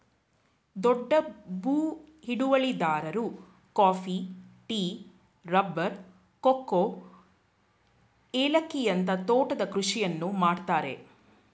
ದೊಡ್ಡ ಭೂ ಹಿಡುವಳಿದಾರರು ಕಾಫಿ, ಟೀ, ರಬ್ಬರ್, ಕೋಕೋ, ಏಲಕ್ಕಿಯಂತ ತೋಟದ ಕೃಷಿಯನ್ನು ಮಾಡ್ತರೆ